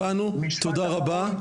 הבנו תודה רבה.